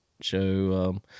show